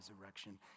resurrection